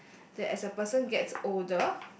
that as a person gets older